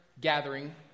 gathering